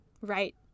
right